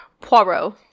Poirot